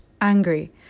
angry